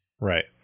right